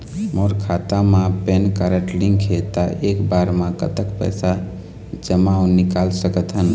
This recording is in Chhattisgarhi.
मोर खाता मा पेन कारड लिंक हे ता एक बार मा कतक पैसा जमा अऊ निकाल सकथन?